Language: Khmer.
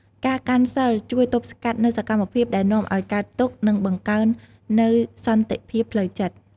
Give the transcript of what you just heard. ការកាន់សីល ជួយទប់ស្កាត់នូវសកម្មភាពដែលនាំឱ្យកើតទុក្ខ និងបង្កើននូវសន្តិភាពផ្លូវចិត្ត។